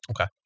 Okay